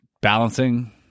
balancing